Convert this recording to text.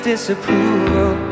disapproval